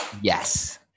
yes